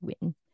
win